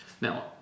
Now